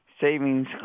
Savings